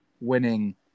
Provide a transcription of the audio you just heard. winning